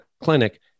clinic